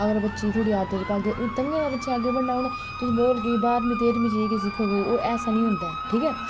हर बच्चे ई थोह्ड़ी आदत पांदे ओह् ताइयें बच्चा अग्गै बढ़ना हून तुस बोलगे बाह्रमीं तेह्रमीं च जाइयै गै सिखग ओह् ऐसा निं होंदा ऐ ठीक ऐ